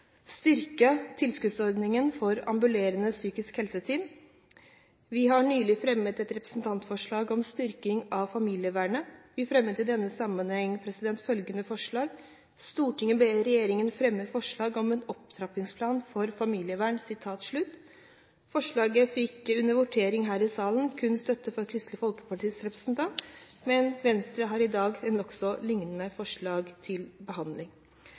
styrke tilskuddsordningen for ambulerende psykisk helseteam. Vi har nylig fremmet et representantforslag om styrking av familievernet. Vi fremmet i denne sammenheng følgende forslag: «Stortinget ber regjeringen fremme forslag om en opptrappingsplan for familievernet.» Forslaget fikk under voteringen her i salen kun støtte fra Kristelig Folkepartis representanter, men Venstre har i dag et nokså lignende forslag til behandling.